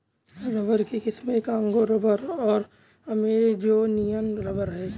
rubber की किस्में Congo rubber और अमेजोनियन रबर हैं